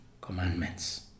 commandments